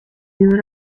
ayudar